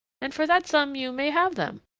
and for that sum you may have them,